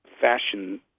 fashion